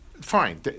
fine